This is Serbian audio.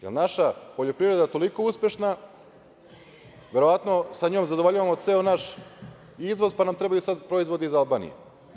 Da li je naša poljoprivreda toliko uspešna, verovatno sa njom zadovoljavamo ceo naš izvoz pa nam trebaju sada proizvodi iz Albanije?